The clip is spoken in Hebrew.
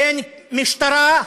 בין משטרה,